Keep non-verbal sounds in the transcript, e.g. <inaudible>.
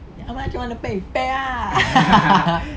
how much you want to pay pay ah <laughs>